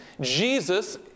Jesus